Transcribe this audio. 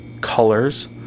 colors